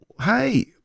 Hey